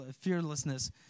fearlessness